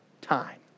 time